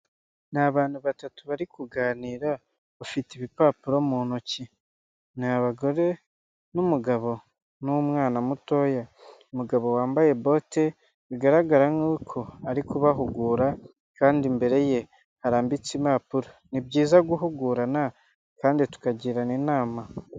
Ni abantu batatu bari kuganira bafite ibipapuro mu ntoki, ni abagore n'umugabo n'umwana mutoya, umugabo wambaye bote bigaragara nk'uko ari kubahugura kandi imbere ye harambitse impapuro, ni byiza guhugurana kandi tukagirana inama.